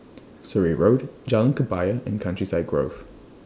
Surrey Road Jalan Kebaya and Countryside Grove